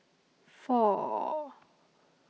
four